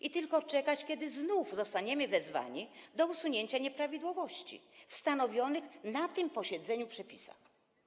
I tylko czekać, kiedy znów zostaniemy wezwani do usunięcia nieprawidłowości w stanowionych na tym posiedzeniu przepisach.